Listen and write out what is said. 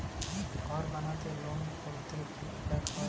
ঘর বানাতে লোন করতে কি কি কাগজ লাগবে?